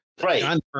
Right